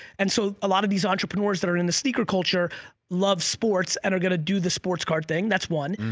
and so a lot of these entrepreneurs that are in the sneaker culture love sports and are gonna do the sports car thing, that's one.